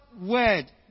word